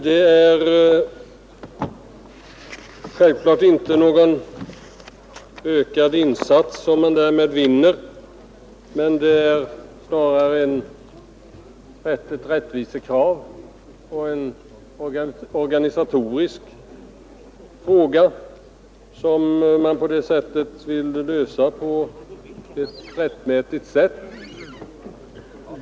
Det är självklart inte någon ökad insats som man därmed vinner. Det är snarare ett rättvisekrav och en organisatorisk fråga som man på det sättet vill lösa på ett rättmätigt sätt.